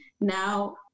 Now